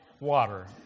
water